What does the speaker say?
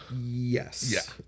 Yes